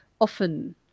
often